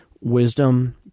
wisdom